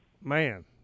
Man